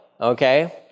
okay